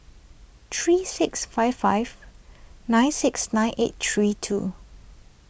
three six five five nine six nine eight three two